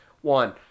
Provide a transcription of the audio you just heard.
one